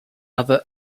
other